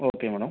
okay madam